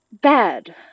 bad